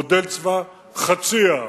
מודל צבא חצי העם.